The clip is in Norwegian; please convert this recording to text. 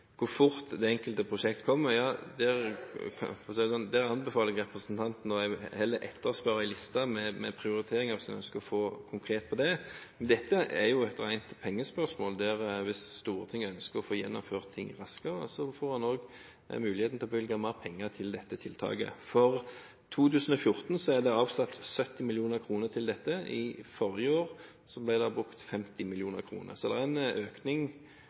hvor fort det enkelte prosjekt kommer, anbefaler jeg representanten heller å etterspørre en liste med prioriteringer for å få noe konkret på det. Dette er et rent pengespørsmål, og hvis Stortinget ønsker å få gjennomført ting raskere, får man også muligheten til å bevilge mer penger til dette tiltaket. For 2014 er det avsatt 70 mill. kr til dette. I forrige år ble det brukt 50 mill. kr, så det er en økning